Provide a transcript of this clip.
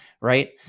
right